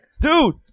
Dude